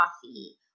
coffee